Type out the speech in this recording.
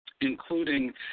including